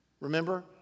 Remember